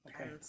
Okay